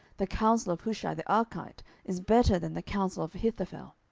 the counsel of hushai the archite is better than the counsel of ahithophel.